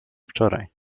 wczoraj